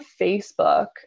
Facebook